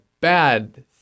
bad